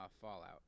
Fallout